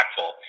impactful